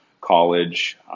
college